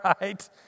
right